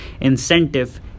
incentive